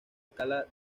alcalá